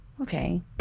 Okay